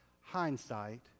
hindsight